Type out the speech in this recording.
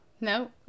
No